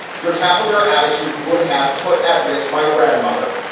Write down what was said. your cavalier attitude would have put at risk. my grandmother,